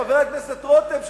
חבר הכנסת רותם,